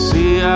See